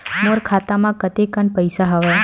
मोर खाता म कतेकन पईसा हवय?